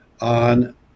on